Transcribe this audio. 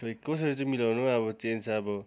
खै कसरी चाहिँ मिलाउनु हो अब चेन्ज चाहिँ अब